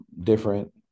different